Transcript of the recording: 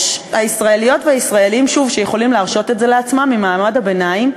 הישראליות והישראלים שיכולים להרשות את זה לעצמם ממעמד הביניים,